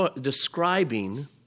describing